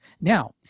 Now –